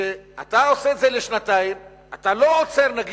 כשאתה עושה את זה לשנתיים אתה לא עוצר, למשל,